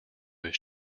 his